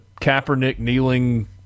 Kaepernick-Kneeling